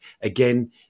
Again